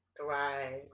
Thrive